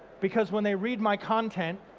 because when they read my content,